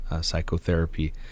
psychotherapy